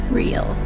real